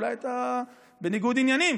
אולי אתה בניגוד עניינים,